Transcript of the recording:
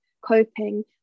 coping